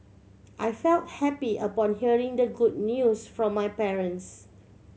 I felt happy upon hearing the good news from my parents